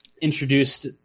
introduced